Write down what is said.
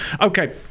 Okay